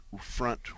front